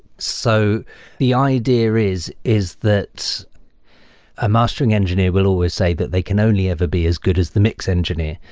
so the idea is, is that a mastering engineer will always say that they can only ever be as good as the mix engineer.